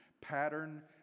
pattern